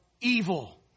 evil